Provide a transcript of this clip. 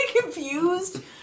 confused